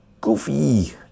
Goofy